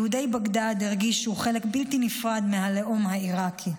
יהודי בגדאד הרגישו חלק בלתי נפרד מהלאום העיראקי.